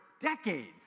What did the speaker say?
decades